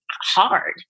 hard